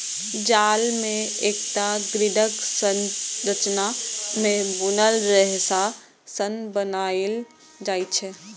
जाल कें एकटा ग्रिडक संरचना मे बुनल रेशा सं बनाएल जाइ छै